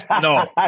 no